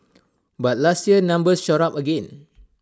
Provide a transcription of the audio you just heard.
but last year numbers shot up again